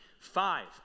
five